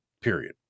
period